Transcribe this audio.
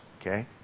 okay